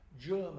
German